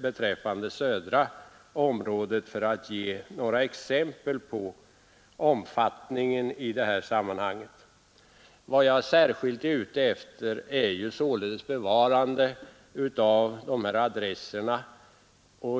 beträffande södra området för att ge några exempel på omfattningen. Vad jag särskilt är ute efter är bevarandet av nuvarande ortnamn som postadresser.